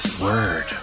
Word